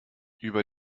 über